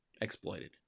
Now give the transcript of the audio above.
exploited